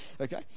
okay